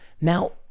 Now